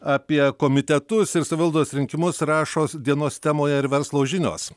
apie komitetus ir savivaldos rinkimus rašo dienos temoje ir verslo žinios